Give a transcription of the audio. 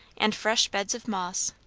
and fresh beds of moss,